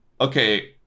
okay